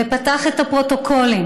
ופתח את הפרוטוקולים,